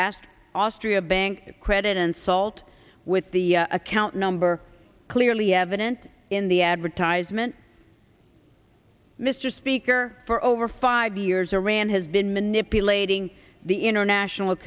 asked austria bank credit and salt with the account number clearly evident in the advertisement mr speaker for over five years or rand has been manipulating the international